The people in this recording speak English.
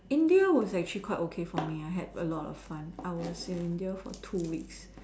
India was actually quite okay for me I had a lot of fun I was in India for two weeks